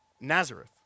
Nazareth